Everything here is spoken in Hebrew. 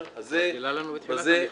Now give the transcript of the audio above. הוא כבר גילה לנו בתחילת המכתב.